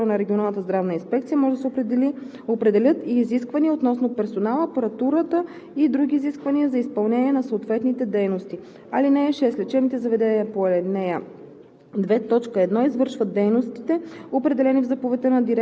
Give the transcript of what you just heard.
болница. (5) При необходимост в случаите по ал. 2, т. 1 в заповедта на директора на регионалната здравна инспекция може да се определят и изисквания относно персонала, апаратурата и други изисквания за изпълнение на съответните дейности. (6) Лечебните заведения по ал.